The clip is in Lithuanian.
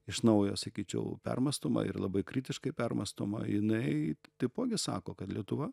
iš naujo sakyčiau permąstoma ir labai kritiškai permąstoma jinai taipogi sako kad lietuva